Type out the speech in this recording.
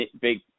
big